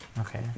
Okay